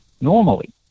normally